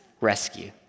rescue